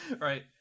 Right